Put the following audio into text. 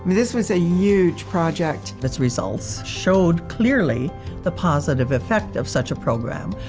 this was a huge project. its results showed clearly the positive effect of such a program,